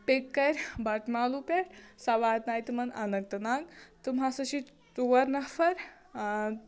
pick کَرِ بَٹہٕ مالوٗ پٮ۪ٹھ سۅ واتنایہِ تِمَن اننٛت ناگ تِم ہَسا چھِ ژور نَفر